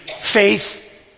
faith